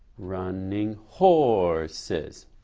running horses.